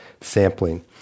sampling